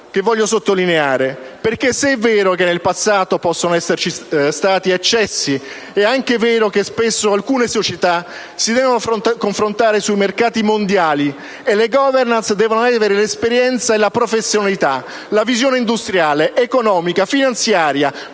voglio sottolineare, perché, se è vero che nel passato possono esserci stati eccessi, è anche vero che spesso alcune società si devono confrontare sui mercati mondiali, e la *governance* deve avere l'esperienza, la professionalità, la visione industriale, economica e finanziaria